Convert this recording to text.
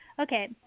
Okay